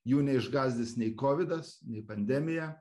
jų neišgąsdins nei kovidas nei pandemija